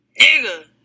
Nigga